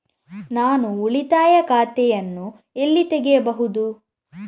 ನಾನು ಉಳಿತಾಯ ಖಾತೆಯನ್ನು ಎಲ್ಲಿ ತೆಗೆಯಬಹುದು?